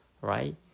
right